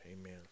amen